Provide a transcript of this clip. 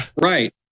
Right